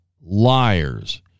liars